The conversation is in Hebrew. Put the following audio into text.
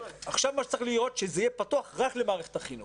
עכשיו מה שצריך להיות הוא שזה יהיה פתוח רק למערכת החינוך.